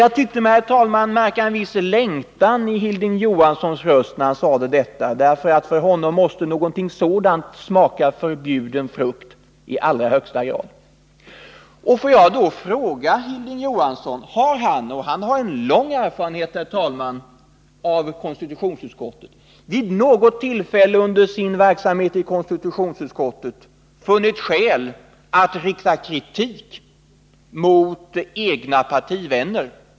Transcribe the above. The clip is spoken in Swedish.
Jag tyckte mig märka en viss längtan i Hilding Johanssons röst när han sade detta, därför att för honom måste någonting sådant i allra högsta grad smaka förbjuden frukt. Får jag fråga Hilding Johansson, som ju har lång erfarenhet av konstitutionsutskottet, om han vid något tillfälle under sin verksamhet där funnit skäl att rikta kritik mot egna partivänner?